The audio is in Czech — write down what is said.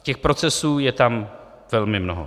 Těch procesů je tam velmi mnoho.